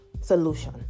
solution